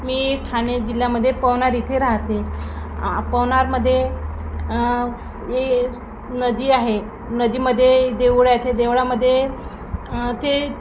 मी ठाणे जिल्ह्यामध्ये पवनार इथे राहते पवनारमध्ये ए नदी आहे नदीमध्ये देवळं आहेत ते देवळामध्ये